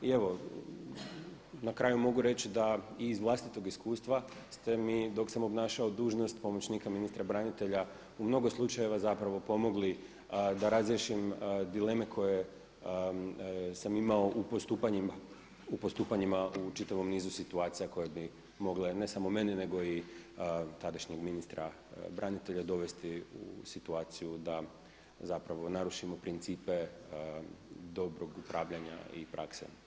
I evo na kraju mogu reći da i iz vlastitog iskustva ste mi dok sam obnašao dužnost pomoćnika ministra branitelja u mnogo slučajeva zapravo pomogli da razriješim dileme koje sam imao u postupanjima u čitavom nizu situacija koje bi mogle ne samo meni nego i tadašnjeg ministra branitelja dovesti u situaciju da zapravo narušimo principe dobrog upravljanja i prakse.